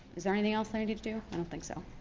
is there anything else i needed to do? i don't think so.